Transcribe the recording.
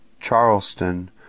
Charleston